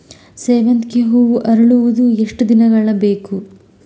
ಸೇವಂತಿಗೆ ಹೂವು ಅರಳುವುದು ಎಷ್ಟು ದಿನಗಳು ಬೇಕು?